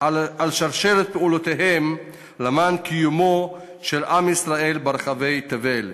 על שרשרת פעולותיה למען קיומו של עם ישראל ברחבי תבל.